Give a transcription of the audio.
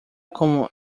como